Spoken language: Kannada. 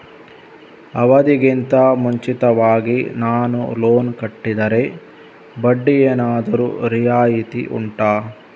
ಅವಧಿ ಗಿಂತ ಮುಂಚಿತವಾಗಿ ನಾನು ಲೋನ್ ಕಟ್ಟಿದರೆ ಬಡ್ಡಿ ಏನಾದರೂ ರಿಯಾಯಿತಿ ಉಂಟಾ